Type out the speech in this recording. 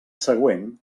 següent